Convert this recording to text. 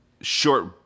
short